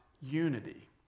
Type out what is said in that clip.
unity